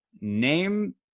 Name